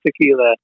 tequila